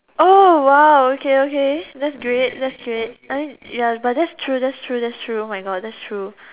oh !wow! okay okay that's great that's great I mean yes but that's true that's true that's true oh my god that's true